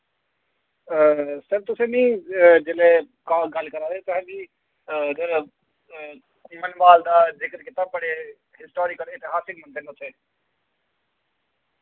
sir तुसैं मि जिल्लै कल गल्ल करा दे हे तुसैं मि सर मनवाल दा जिक्र कीत्ता बड़े हिस्टोरिकल इतिहासिक मंदर न उत्थे